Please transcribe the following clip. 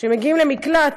כשמגיעים למקלט,